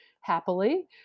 Happily